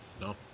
No